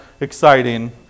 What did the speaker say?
exciting